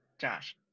josh